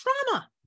trauma